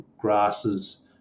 grasses